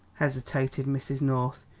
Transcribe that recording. hesitated mrs. north,